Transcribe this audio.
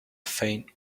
faint